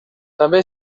també